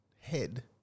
head